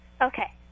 Okay